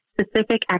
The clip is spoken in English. specific